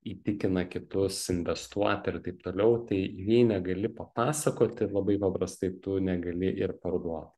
įtikina kitus investuoti ir taip toliau tai jei negali papasakoti labai paprastai tu negali ir parduot